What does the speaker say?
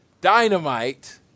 Dynamite